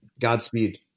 godspeed